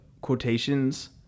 quotations